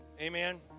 Amen